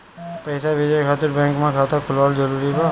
पईसा भेजे खातिर बैंक मे खाता खुलवाअल जरूरी बा?